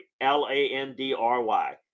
L-A-N-D-R-Y